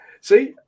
See